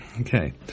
Okay